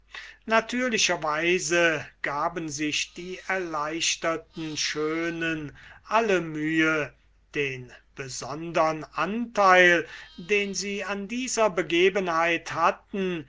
weise gaben sich die erleichterten schönen alle mühe den besondern anteil den sie an dieser begebenheit hatten